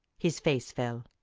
his face fell.